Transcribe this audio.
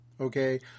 Okay